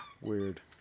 Weird